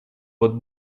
votre